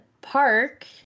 park